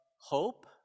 hope